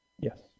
Yes